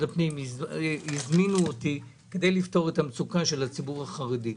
הפנים כדי לפתור את המצוקה של הציבור החרדי.